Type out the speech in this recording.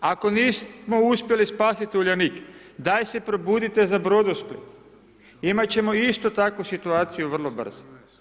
Ako nismo uspjeli spasiti Uljanik, daj se probudite za Brodosplit, imat ćemo istu takvu situacije vrlo brzo.